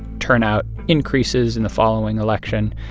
turnout increases in the following election.